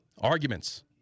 Arguments